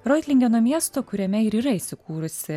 roitlingeno miesto kuriame ir yra įsikūrusi